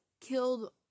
killed